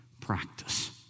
practice